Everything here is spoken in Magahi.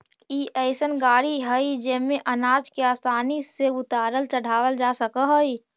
ई अइसन गाड़ी हई जेमे अनाज के आसानी से उतारल चढ़ावल जा सकऽ हई